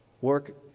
Work